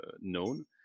known